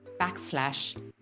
backslash